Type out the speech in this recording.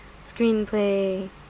screenplay